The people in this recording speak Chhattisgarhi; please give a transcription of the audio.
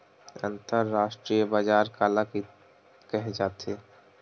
अंतरराष्ट्रीय बजार काला कहे जाथे?